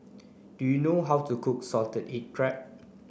do you know how to cook salted egg crab